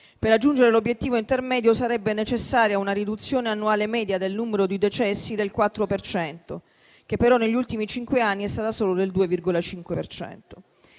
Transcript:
Per raggiungere l'obiettivo intermedio sarebbe necessaria una riduzione annuale media del numero di decessi del 4 per cento, che però negli ultimi cinque anni è stata solo del 2,5